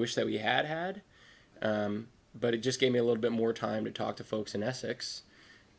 wish that we had had but it just gave me a little bit more time to talk to folks in essex